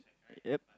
yup